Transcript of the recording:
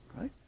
right